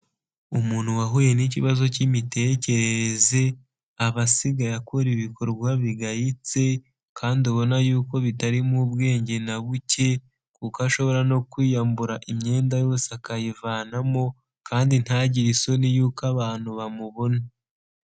Umuntu wahuye n' ikibazo cy'imitekerereze, aba asigaye akora ibikorwa bigayitse kandi ubona yuko bitarimo ubwenge na buke, kuko ashobora no kwiyambura imyenda yose akayivanamo kandi ntagire isoni y'uko abantu bamubona.